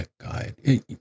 guide